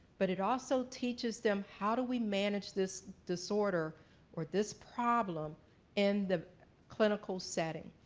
but it also teaches them how do we manage this disorder or this problem in the clinical setting?